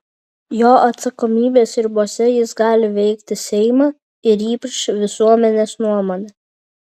jo atsakomybės ribose jis gali veikti seimą ir ypač visuomenės nuomonę